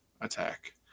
attack